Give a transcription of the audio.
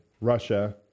Russia